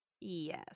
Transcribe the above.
Yes